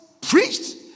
preached